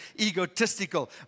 egotistical